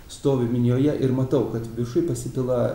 stoviu minioje ir matau kad viršuj pasipila